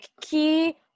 key